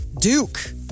Duke